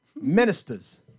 ministers